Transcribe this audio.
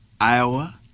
Iowa